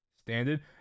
Standard